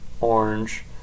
orange